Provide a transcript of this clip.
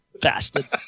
bastard